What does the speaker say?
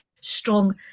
strong